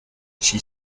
she